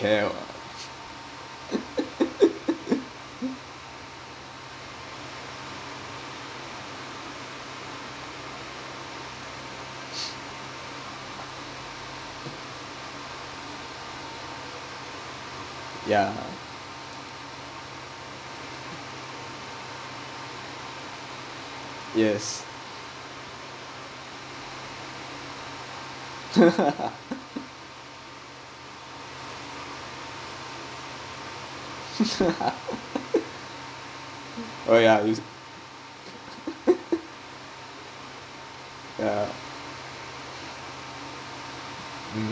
ya yes oh ya ya mmhmm